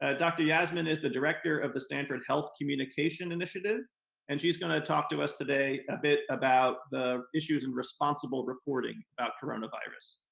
ah dr. yasmin is the director of the stanford health communication initiative and she's going to talk to us today a bit about the issues and responsible reporting about coronavirus.